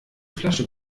flasche